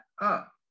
up